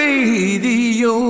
Radio